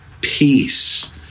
peace